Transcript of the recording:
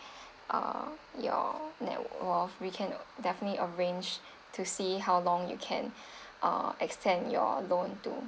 uh your net worth we can definitely arrange to see how long you can uh extend your loan to